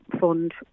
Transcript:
fund